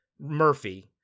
Murphy